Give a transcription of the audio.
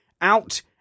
out